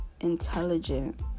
intelligent